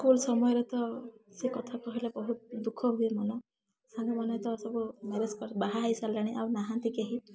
school ସମୟରେ ତ ସେ କଥା କହିଲେ ବହୁତ ଦୁଃଖ ହୁଏ ମନ ସାଙ୍ଗମାନେ ତ ସବୁ ମ୍ୟାରେଜ କରି ବାହା ହେଇ ସାରିଲେଣି ଆଉ ନାହାଁନ୍ତି କେହି